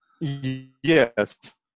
Yes